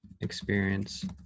experience